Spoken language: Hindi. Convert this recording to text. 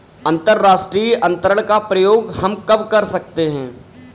अंतर्राष्ट्रीय अंतरण का प्रयोग हम कब कर सकते हैं?